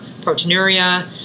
proteinuria